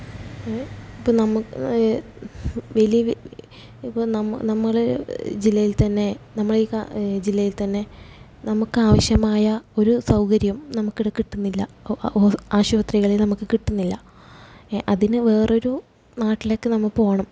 ഇപ്പം നമ്മൾ വലിയ വി ഇപ്പോൾ നമ്മൾ നമ്മളുടെ ജില്ലയില്ത്തന്നെ നമ്മളീകാ ജില്ലയില്ത്തന്നെ നമുക്കാവശ്യമായ ഒരു സൗകര്യം നമുക്കിവിടെ കിട്ടുന്നില്ല ഹോസ് ആശുപത്രികളില് നമുക്ക് കിട്ടുന്നില്ല അതിനു വേറൊരു നാട്ടിലേക്ക് നമ്മൾ പോകണം